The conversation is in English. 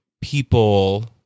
people